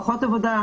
פחות עבודה,